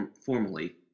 formally